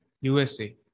USA